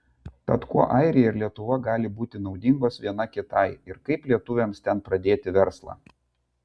tad kuo airija ir lietuva gali būti naudingos viena kitai ir kaip lietuviams ten pradėti verslą